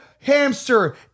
hamster